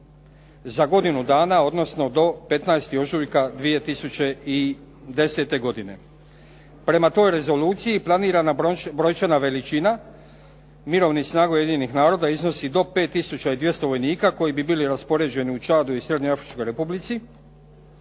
za godinu dana, odnosno do 15. ožujka 2010. godine. Prema toj rezoluciji planirana brojčana veličina mirovnih snaga Ujedinjenih naroda iznosi do 5 tisuća i 200 vojnika koji bi bili raspoređeni u Čadu i Srednjeafričkoj Republici,